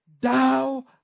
thou